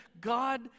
God